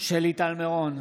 שלי טל מירון,